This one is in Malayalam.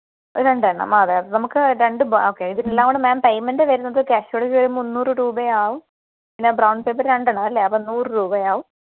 അത് രണ്ടെണ്ണം ആഹ് അതെ നമുക്ക് രണ്ട് ഓക്കെ ഇതിനെല്ലാം കൂടെ മേം പൈമെന്റ് വരുന്നത് കാശ്യോടെ ഒരു മുന്നൂറ് രൂപയാവും പിന്നെ ബ്രൗണ് പേപ്പറ് രണ്ടെണ്ണം അല്ലേ അപ്പം നൂറ് രൂപയാവും